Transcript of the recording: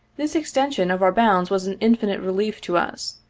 this extension of our bounds was an infinite relief to us,